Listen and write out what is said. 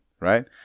right